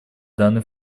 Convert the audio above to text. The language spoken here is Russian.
данный